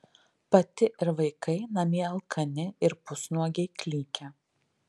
pati ir vaikai namie alkani ir pusnuogiai klykia